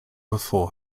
before